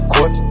Court